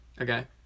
Okay